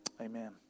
Amen